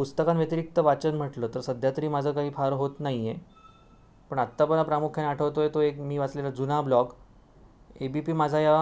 पुस्तकांव्यतिरिक्त वाचन म्हटलं तर सध्यातरी माझं काही फार होत नाही आहे पण आत्तापर्यंत प्रामुख्याने आठवतो आहे तो एक मी वाचलेला जुना ब्लॉग ए बी पी माझा या